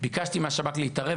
ביקשתי מהשב"כ להתערב,